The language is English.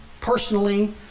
personally